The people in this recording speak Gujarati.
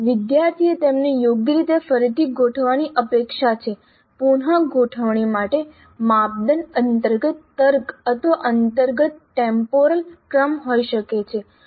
વિદ્યાર્થીએ તેમને યોગ્ય રીતે ફરીથી ગોઠવવાની અપેક્ષા છે પુન ગોઠવણી માટે માપદંડ અંતર્ગત તર્ક અથવા અંતર્ગત ટેમ્પોરલ ક્રમ હોઈ શકે છે